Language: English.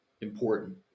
important